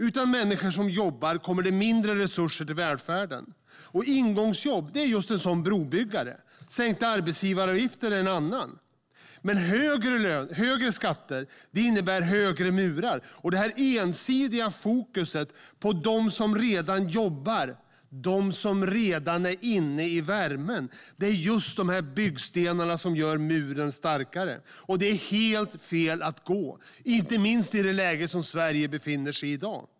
Utan människor som jobbar kommer det mindre resurser till välfärden. Ingångsjobb är en sådan brobyggare. Sänkta arbetsgivaravgifter är en annan. Men högre skatter innebär högre murar. Det är ett snävt fokus på dem som redan jobbar, på dem som redan är inne i värmen. Med denna ensidighet bygger man murarna starkare. Det är helt fel väg att gå, inte minst i det läge som Sverige i dag befinner sig i.